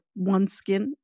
OneSkin